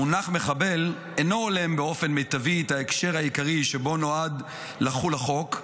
המונח מחבל אינו הולם באופן מיטבי את ההקשר העיקרי שבו נועד לחול החוק,